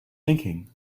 thinking